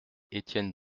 etienne